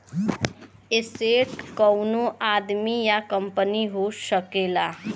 asset कउनो आदमी या कंपनी हो सकला